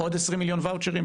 עוד 20 מיליון וואוצ'רים?